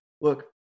look